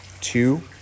two